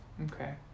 Okay